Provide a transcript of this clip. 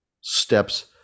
steps